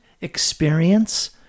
experience